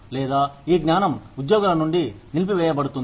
లేదా ఈ జ్ఞానం ఉద్యోగుల నుండి నిలిపివేయబడుతుంది